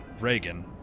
Reagan